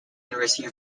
university